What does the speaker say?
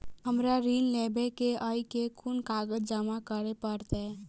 हमरा ऋण लेबै केँ अई केँ कुन कागज जमा करे पड़तै?